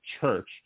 church